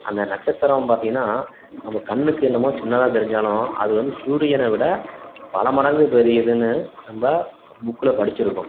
அந்த நட்சத்திரம் பார்த்திங்கன்னா நம்ம கண்ணுக்கு என்னமோ சின்னதாக தெரிஞ்சாலும் அது வந்து சூரியனை விட பல மடங்கு பெரியதுன்னு நம்ம புக்கில் படித்திருக்கோம்